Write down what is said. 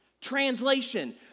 Translation